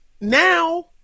now